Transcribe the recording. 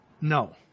No